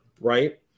right